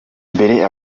mbere